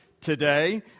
today